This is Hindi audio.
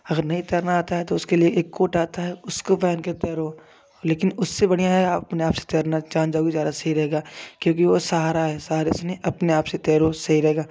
अगर नहीं तैरना आता है तो उसके लिए एक कोर्ट आता है उसको पहन के तैरो लेकिन उससे बढ़िया है अपने आपसे तैरना जान जाओगे ज्यादा सही रहेगा क्योंकि वो सहारा है सहारे से नहीं अपने आप से तैरो सही रहेगा